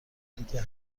دیگه